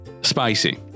spicy